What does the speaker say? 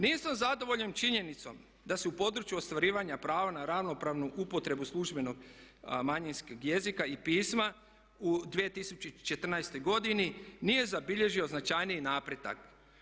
Nisam zadovoljan činjenicom da se u području ostvarivanja prava na ravnopravnu upotrebu službenog manjinskog jezika i pisma u 2014. godini nije zabilježio značajniji napredak.